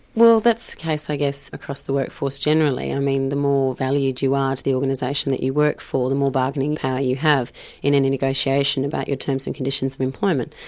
well that's the case i guess across the workforce generally. i mean the more valued you are to the organistion that you work for, the more bargaining power you have in any negotiation about your terms and conditions of employment.